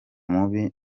mubi